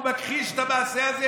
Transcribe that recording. והוא מכחיש את המעשה הזה,